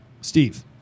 Steve